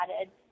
added